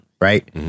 right